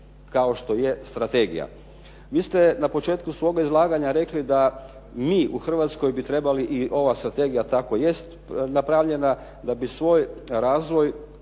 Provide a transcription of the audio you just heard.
kao što je strategija. Vi ste na početku svoga izlaganja rekli da mi u Hrvatskoj bi trebali i ova strategija tako jest napravljena da bi svoj daljnji